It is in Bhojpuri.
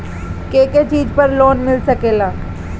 के के चीज पर लोन मिल सकेला?